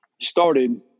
started